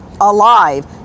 alive